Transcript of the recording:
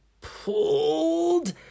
pulled